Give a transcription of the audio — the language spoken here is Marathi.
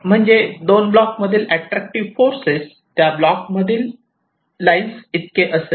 म्हणजेच दोन ब्लॉक मधील ऍट्रॅक्क्टिव्ह फॉर्सेस त्या ब्लॉक मधील लाईन्स इतके असेल